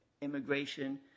Immigration